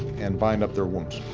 and bind up their wounds.